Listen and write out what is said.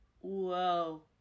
whoa